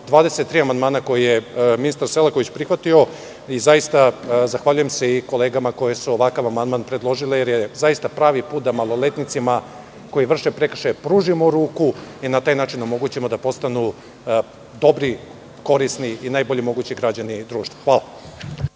23 amandmana koji je ministar Selaković prihvatio. Zaista se zahvaljujem i kolegama koje su ovakav amandman predložile jer je zaista pravi put da maloletnicima koji vrše prekršaje pružimo ruku i na taj način omogućimo da postanu dobri, korisni i najbolji mogući građani društva. Hvala.